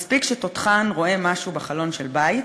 מספיק שתותחן רואה משהו בחלון" של בית,